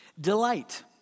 Delight